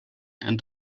and